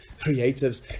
creatives